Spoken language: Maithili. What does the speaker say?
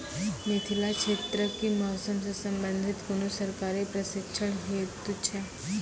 मिथिला क्षेत्रक कि मौसम से संबंधित कुनू सरकारी प्रशिक्षण हेतु छै?